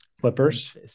Clippers